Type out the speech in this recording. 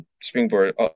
springboard